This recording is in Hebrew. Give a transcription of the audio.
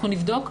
אנחנו נבדוק.